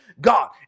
God